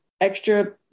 Extra